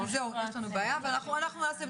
אנחנו נעשה בדיקה.